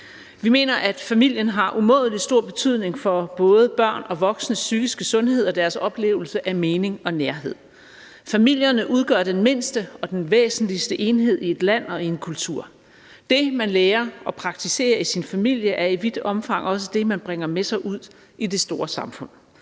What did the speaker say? Vi mener, at familien har umådelig stor betydning for både børn og voksnes psykiske sundhed og deres oplevelse af mening og nærhed. Familierne udgør den mindste og den væsentligste enhed i et land og i en kultur. Det, som man lærer og praktiserer i sin familie, er i vidt omfang også det, som man bringer med sig ud i det store samfund.